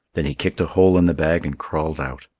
then he kicked a hole in the bag and crawled out.